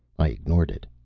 i ignored it.